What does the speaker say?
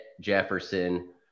Jefferson